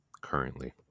currently